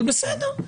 אבל בסדר.